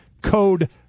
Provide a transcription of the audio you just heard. code